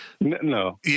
no